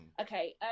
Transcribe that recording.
okay